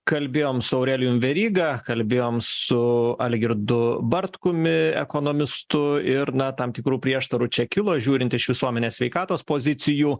kalbėjom su aurelijum veryga kalbėjom su algirdu bartkumi ekonomistu ir na tam tikrų prieštarų čia kilo žiūrint iš visuomenės sveikatos pozicijų